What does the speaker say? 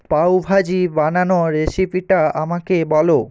পাও ভাজি বানানোর রেসিপিটা আমাকে বলো